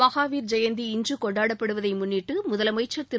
மகாவீர் ஜெயந்தி இன்று கொண்டாடப்படுவதை முன்னிட்டு தமிழக முதலமைச்சர் திரு